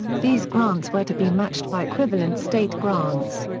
these grants were to be matched by equivalent state grants.